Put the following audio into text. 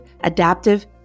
adaptive